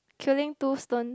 killing two stone